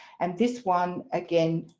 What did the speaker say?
and this one again